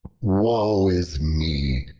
woe is me!